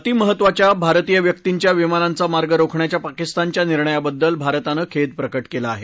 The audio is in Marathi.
अति महत्त्वाच्या भारतीय व्यक्तींच्या विमानांचा मार्ग रोखण्याच्या पाकिस्तानच्या निर्णयाबद्दल भारतानं खेद प्रकट केला आहे